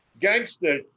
gangster